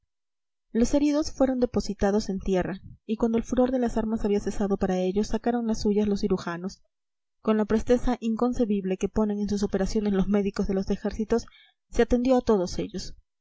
los heridos fueron depositados en tierra y cuando el furor de las armas había cesado para ellos sacaron las suyas los cirujanos con la presteza inconcebible que ponen en sus operaciones los médicos de los ejércitos se atendió a todos ellos